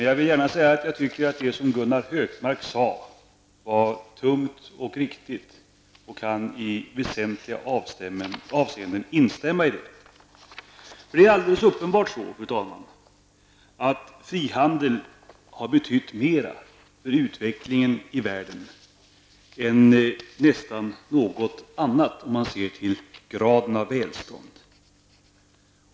Jag vill gärna säga att jag tycker att det som Gunnar Hökmark sade var tungt och riktigt, och jag kan i väsentliga avseenden instämma i det. Det är alldeles uppenbart så, fru talman, att frihandeln har betytt mer för utvecklingen av välståndet i världen än nästan någonting annat.